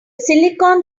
silicon